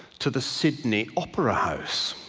to the sydney opera house.